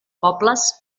pobles